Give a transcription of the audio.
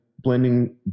Blending